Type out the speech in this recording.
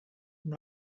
com